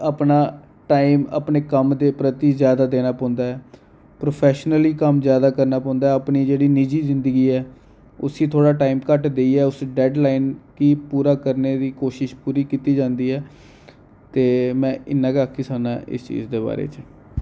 अपना टाइम अपने कम्म दे प्रती जैदा देना पौंदा ऐ प्रोफैशनली कम्म जैदा करना पौंदा ऐ अपनी जेह्ड़ी निजी जिंदगी ऐ उसी थोह्ड़ा टाइम घट्ट देइयै डैड्डलाइन गी पूरा करने दी कोशश पूरी कित्ती जंदी ऐ ते में इन्ना गै आक्खी सकना इस चीज दे बारे च